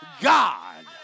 God